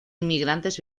inmigrantes